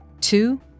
Two